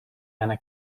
ana